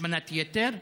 השמנת יתר,